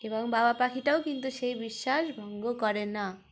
এবং বাবা পাখিটাও কিন্তু সেই বিশ্বাস ভঙ্গ কর না